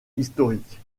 historique